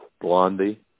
Blondie